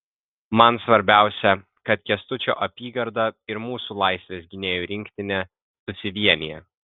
man svarbiausia kad kęstučio apygarda ir mūsų laisvės gynėjų rinktinė susivienija